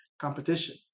competition